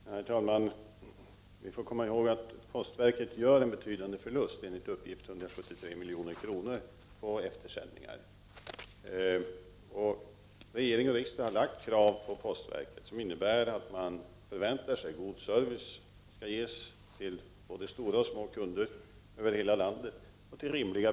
Herr talman! Vi får komma ihåg att postverket gör en betydande förlust på eftersändningar. Enligt uppgift uppgår den till 173 milj.kr. Regering och riksdag har ställt krav på postverket som innebär att man förväntar sig god service till rimliga priser till både stora och små kunder i hela landet.